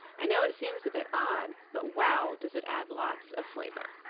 i know it seems a bit odd, but wow does it add lots of flavor.